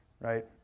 right